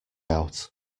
out